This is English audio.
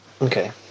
Okay